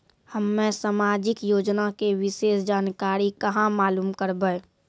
हम्मे समाजिक योजना के विशेष जानकारी कहाँ मालूम करबै?